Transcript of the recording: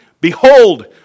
Behold